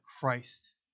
Christ